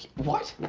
what?